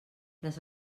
les